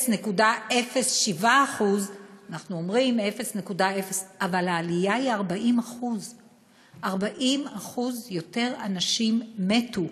ל-0.07% אבל העלייה היא 40%. 40% יותר אנשים מתו